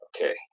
Okay